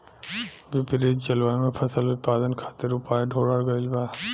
विपरीत जलवायु में फसल उत्पादन खातिर उपाय ढूंढ़ल गइल बा